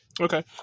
Okay